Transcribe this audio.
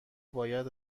باید